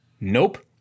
Nope